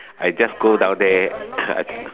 I just go down there